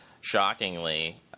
shockingly